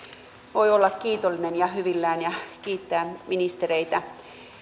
voi olla kiitollinen ja hyvillään ja kiittää ministereitä